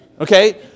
Okay